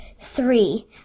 three